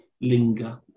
linger